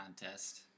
contest